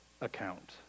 account